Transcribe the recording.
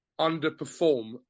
underperform